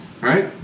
Right